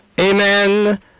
Amen